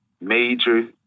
major